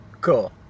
Cool